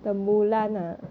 the mulan ah